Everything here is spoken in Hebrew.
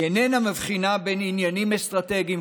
היא איננה מבחינה בין עניינים אסטרטגיים,